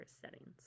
settings